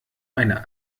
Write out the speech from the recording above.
eine